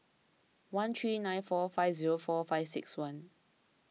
one three nine four five zero four five six one